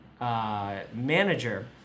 manager